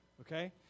okay